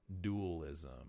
dualism